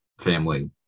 Family